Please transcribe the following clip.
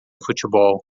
futebol